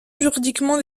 juridiquement